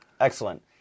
Excellent